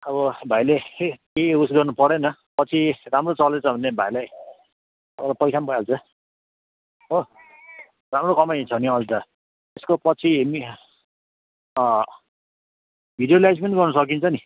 अब भाइले केही उस गर्नु परेन पछि राम्रो चलेछ भने भाइलाई अब पैसा पनि भइहाल्छ हो राम्रो कमाइ छ नि हो अहिले त त्यसकोपछि मि भिजुएलाइज पनि गर्न सकिन्छ